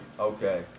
Okay